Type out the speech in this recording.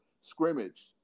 scrimmage